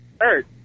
hurt